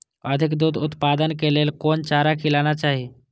अधिक दूध उत्पादन के लेल कोन चारा खिलाना चाही?